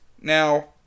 Now